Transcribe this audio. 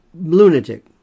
Lunatic